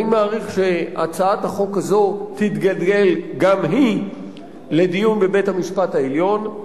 אני מעריך שהצעת החוק הזו תתגלגל גם היא לדיון בבית-המשפט העליון,